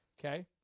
okay